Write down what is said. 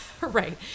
Right